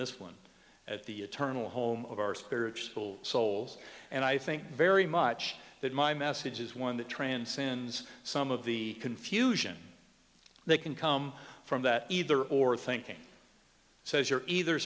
this one at the eternal home of our spiritual souls and i think very much that my message is one that transcends some of the confusion they can come from that either or thinking says you're either